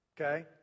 Okay